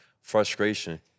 frustration